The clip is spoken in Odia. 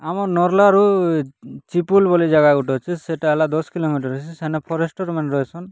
ଆମ ନର୍ଲାରୁ ଚିପୁଲ୍ ବୋଲି ଜାଗା ଗୋଟେ ଅଛି ସେଟା ହେଲା ଦଶ୍ କିଲୋମିଟର୍ ସେନା ଫରେଷ୍ଟରମାନେ ରହିସନ୍